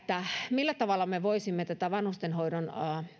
millä tavalla me voisimme tätä vanhustenhoidon